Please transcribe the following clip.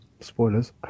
Spoilers